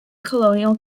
colonial